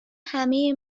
همه